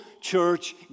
church